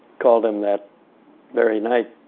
called him that very night,